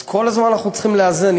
אז כל הזמן אנחנו צריכים לאזן,